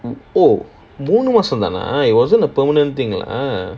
oh மூணு மாசம் தானா:moonu maasam thaana it wasn't a permanent thing lah